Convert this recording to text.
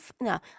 No